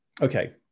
okay